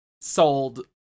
sold